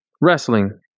wrestling